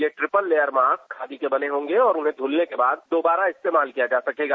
ये triple layer mask khadi से बने होंगे जाएंगे और उन्हें धुलने के बाद दोबारा इस्तेमाल किया जा सकेगा